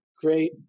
great